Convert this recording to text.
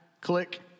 Click